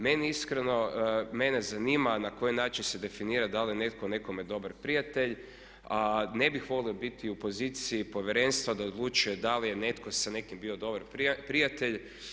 Meni iskreno, mene zanima na koji način se definira da li je netko nekome dobar prijatelj a ne bih volio biti u poziciji Povjerenstva da odlučuje da li je netko sa nekim bio dobar prijatelj.